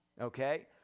okay